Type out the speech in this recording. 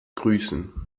grüßen